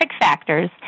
factors